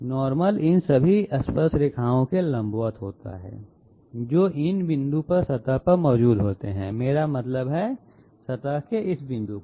normal इन सभी स्पर्शरेखाओं के लंबवत होता है जो इस बिंदु पर सतह पर मौजूद होते हैं मेरा मतलब है सतह इस बिंदु पर